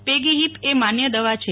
પેગીફીપ એ માન્ય દવા છે